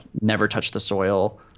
never-touch-the-soil